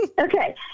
Okay